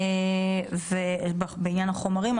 בעניין החומרים,